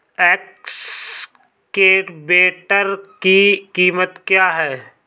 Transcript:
Excavator की कीमत क्या है?